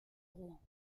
rouen